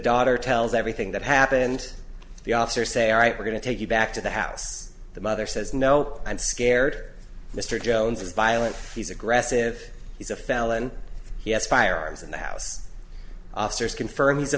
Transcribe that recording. daughter tells everything that happened the officer say all right we're going to take you back to the house the mother says no i'm scared mr jones is violent he's aggressive he's a felon he has firearms in the house officers confirm